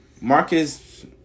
Marcus